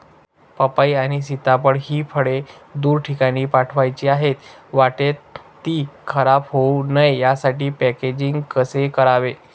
पपई आणि सीताफळ हि फळे दूर ठिकाणी पाठवायची आहेत, वाटेत ति खराब होऊ नये यासाठी पॅकेजिंग कसे करावे?